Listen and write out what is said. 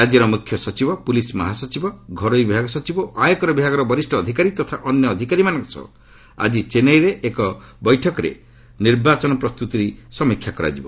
ରାଜ୍ୟର ମୁଖ୍ୟସଚିବ ପୁଲିସ ମହାସଚିବ ଘରୋଇ ବିଭାଗ ସଚିବ ଓ ଆୟକର ବିଭାଗର ବରିଷ୍ଣ ଅଧିକାରୀ ତଥା ଅନ୍ୟ ଅଧିକାରୀମାନଙ୍କ ସହ ଆଜି ଚେନ୍ନାଇରେ ଏକ ବୈଠକରେ ନିର୍ବାଚନ ପ୍ରସ୍ତୁତି ସମୀକ୍ଷା କରାଯିବ